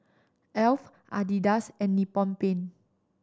Alf Adidas and Nippon Paint